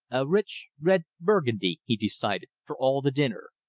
a rich red burgundy, he decided, for all the dinner.